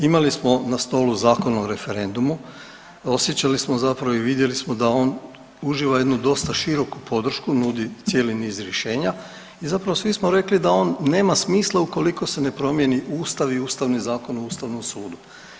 Imali smo na stolu Zakon o referendumu, osjećali smo zapravo i vidjeli smo da on uživa jednu dosta široku podršku, nudi cijeli niz rješenja i zapravo svi smo rekli da on nema smisla ukoliko se ne promijeni Ustav i Ustavni zakon o Ustavnom sudu.